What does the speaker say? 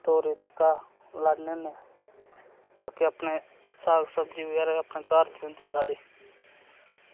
तोरी तड़का लान्ने होन्ने बाकी अपने साग सब्ज़ी ते घर दा होंदी साढ़ी